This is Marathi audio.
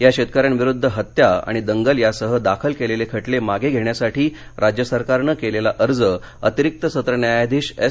या शेतकऱ्यांविरुद्ध हत्या आणि दंगल यासह दाखल केलेले खटले मागे घेण्यासाठी राज्य सरकारनं केलेला अर्ज अतिरिक्त सत्र न्यायाधीश एस